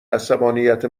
عصبانیت